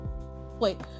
Wait